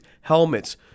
helmets